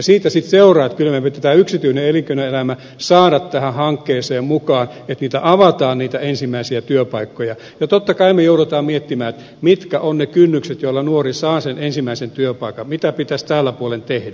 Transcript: siitä sitten seuraa että kyllä meidän pitää tämä yksityinen elinkeinoelämä saada tähän hankkeeseen mukaan että avataan niitä ensimmäisiä työpaikkoja ja totta kai me joudumme miettimään mitkä ovat ne kynnykset joilla nuori saa sen ensimmäisen työpaikan mitä pitäisi tällä puolen tehdä